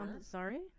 sorry